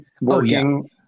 Working